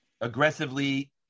aggressively